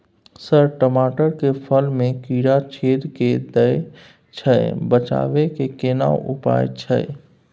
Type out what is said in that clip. Sir टमाटर के फल में कीरा छेद के दैय छैय बचाबै के केना उपाय छैय?